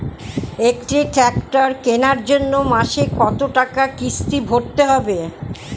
একটি ট্র্যাক্টর কেনার জন্য মাসে কত টাকা কিস্তি ভরতে হবে?